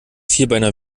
vierbeiner